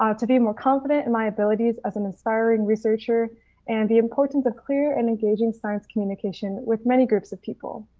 um to be more confident in my ability as an aspiring researcher and the importance of clear and engaging science communication with many groups of people.